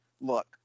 Look